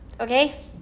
okay